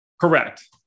Correct